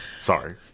Sorry